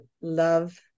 love